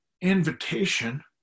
invitation